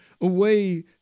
away